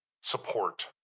support